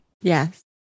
Yes